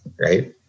Right